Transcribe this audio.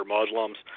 Muslims